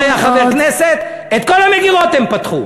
לא היה חבר כנסת, את כל המגירות הם פתחו.